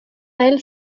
elle